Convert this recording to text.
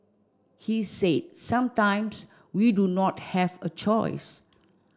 he said sometimes we do not have a choice